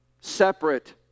separate